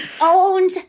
owned